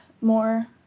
more